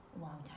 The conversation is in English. longtime